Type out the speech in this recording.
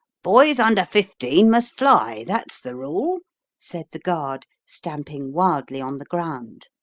boys under fifteen must fly that's the rule said the guard, stamping wildly on the ground.